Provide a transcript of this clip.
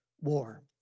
war